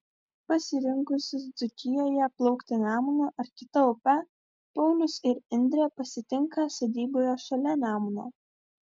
pasirinkusius dzūkijoje plaukti nemunu ar kita upe paulius ir indrė pasitinka sodyboje šalia nemuno